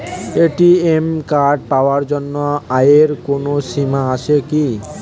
ATM card পাওয়ার জন্য আয়ের কোনো সীমা আছে কি?